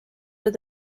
with